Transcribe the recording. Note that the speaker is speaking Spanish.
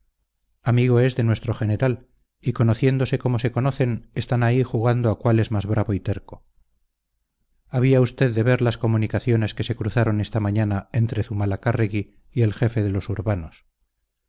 amigo es de nuestro general y conociéndose como se conocen están ahí jugando a cuál es más bravo y terco había usted de ver las comunicaciones que se cruzaron esta mañana entre zumalacárregui y el jefe de los urbanos